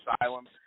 asylum